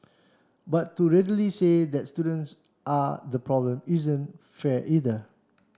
but to readily say that students are the problem isn't fair either